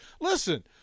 Listen